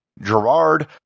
Gerard